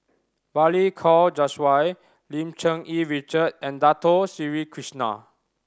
Balli Kaur Jaswal Lim Cherng Yih Richard and Dato Sri Krishna